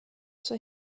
zur